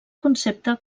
concepte